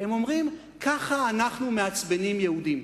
הם אומרים: כך אנחנו מעצבנים יהודים.